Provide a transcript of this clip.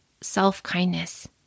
self-kindness